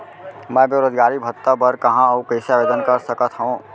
मैं बेरोजगारी भत्ता बर कहाँ अऊ कइसे आवेदन कर सकत हओं?